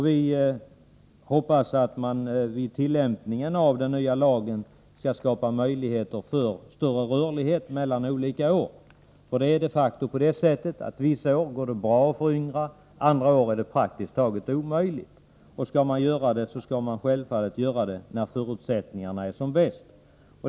Vi hoppas att man vid tillämpningen av den nya lagen skall skapa möjligheter för större rörlighet mellan olika år, för det är de facto på det sättet att vissa år går det bra att föryngra, andra år är det praktiskt taget omöjligt. Och skall man göra det, skall man självfallet göra det när förutsättningarna är som bäst.